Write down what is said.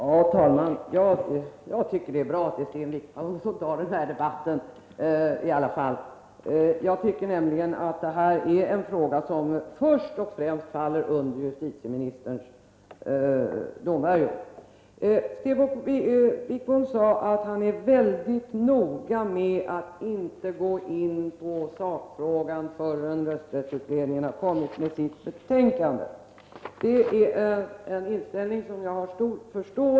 Herr talman! Jag tycker att det är bra att det är Sten Wickbom som tar denna debatt. Det är nämligen en fråga som först och främst faller under justitieministerns domvärjo. Sten Wickbom sade att han är mycket noga med att inte gå in på sakfrågan förrän rösträttsutredningen har kommit med sitt betänkande. Det är en inställning som jag har stor förståelse för.